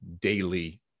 daily